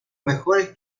mejores